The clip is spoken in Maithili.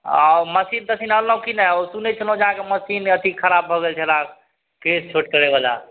आओर मशीन तशीन अनलहुँ कि नहि ओ सुनै छलहुँ जे अहाँके मशीन अथी खराब भऽ गेल छलै केश छोट करैवला